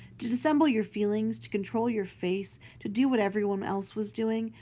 to dissemble your feelings, to control your face, to do what everyone else was doing,